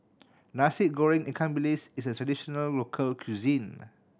Nasi Goreng ikan bilis is a traditional local cuisine